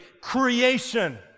creation